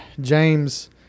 James